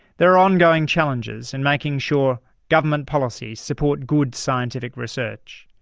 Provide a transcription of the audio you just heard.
there are ongoing challenges in making sure government policies support good scientific research.